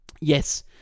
Yes